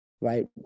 right